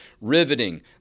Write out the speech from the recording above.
riveting